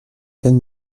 can